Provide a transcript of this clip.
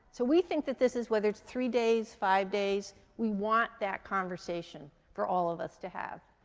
so we think that this is, whether it's three days, five days, we want that conversation for all of us to have.